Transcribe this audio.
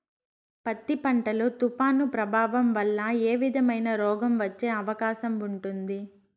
పత్తి పంట లో, తుఫాను ప్రభావం వల్ల ఏ విధమైన రోగం వచ్చే అవకాశం ఉంటుంది?